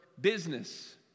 business